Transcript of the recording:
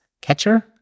catcher